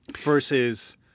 versus